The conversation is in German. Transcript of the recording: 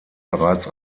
bereits